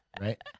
Right